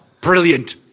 brilliant